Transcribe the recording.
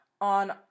on